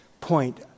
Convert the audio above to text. point